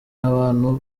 n’abantu